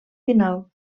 final